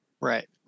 right